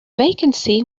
vacancy